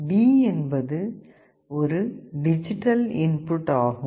D என்பது ஒரு digital input ஆகும்